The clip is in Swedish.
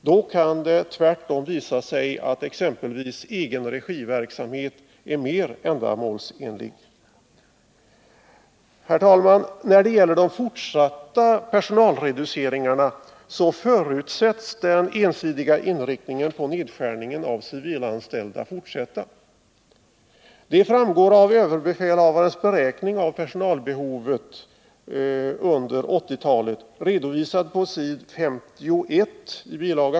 Då kan det tvärtom visa sig att exempelvis egenregiverksamhet är mer ändamålsenlig. Herr talman! När det gäller de fortsatta personalreduceringarna förutsätts den ensidiga inriktningen på nedskärningen av de civilanställda fortsätta. Detta framgår av överbefälhavarens beräkning av personalbehovet under 1980-talet, redovisad på s. 51i bil.